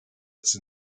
its